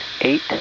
eight